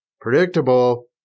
predictable